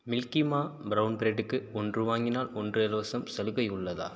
மில்க்கிமா brown ப்ரெட்டுக்கு ஒன்று வாங்கினால் ஒன்று இலவசம் சலுகை உள்ளதா